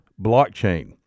blockchain